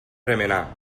remenar